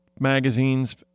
magazines